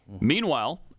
Meanwhile